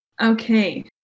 Okay